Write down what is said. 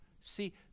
See